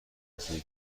رسیده